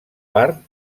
part